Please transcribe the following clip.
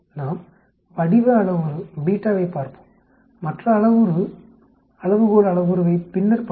நாம் வடிவ அளவுரு வைப் பார்ப்போம் மற்ற அளவுரு அளவுகோள் அளவுருவைப் பின்னர் பார்ப்போம்